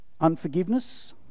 unforgiveness